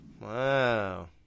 Wow